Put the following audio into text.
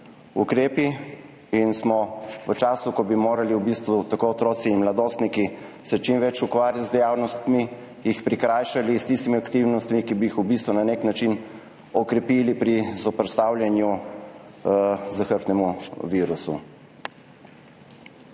ukrepi, in smo jih v času, ko bi se morali otroci in mladostniki čim več ukvarjati z dejavnostmi, prikrajšali za tiste aktivnosti, ki bi jih v bistvu na nek način okrepile pri zoperstavljanju zahrbtnemu virusu.